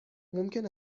ممکن